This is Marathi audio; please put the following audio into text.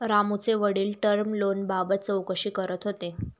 रामूचे वडील टर्म लोनबाबत चौकशी करत होते